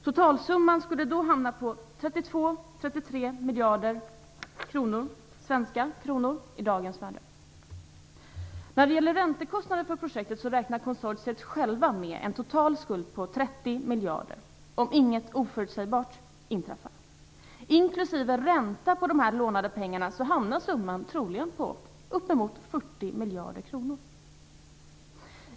Totalsumman skulle då hamna på 32-33 miljarder svenska kronor i dagens penningvärde. När det gäller räntekostnaderna för projektet räknar konsortiet självt med en total skuld på 30 miljarder, om inget oförutsägbart inträffar. Inklusive ränta på dessa lånade pengar hamnar summan troligen på upp emot 40 miljarder kronor.